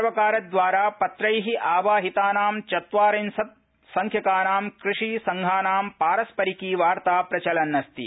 सर्वकारेण पत्रै आवाहितानां चत्वारिशत् संख्यकानां कृषिसंघानां पारस्परिकी वार्ता प्रचलन्नस्ति